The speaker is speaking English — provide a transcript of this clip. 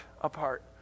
apart